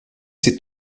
cette